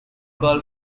coll